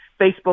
Facebook